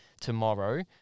tomorrow